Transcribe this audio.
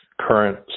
current